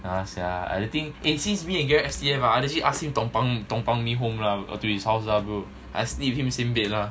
yeah sian I really think eh since me and gerard S_P_F ah I legit ask him lompang lompang me home lah to his house lah bro I sleep with him same bed lah